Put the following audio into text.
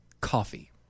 coffee